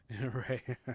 Right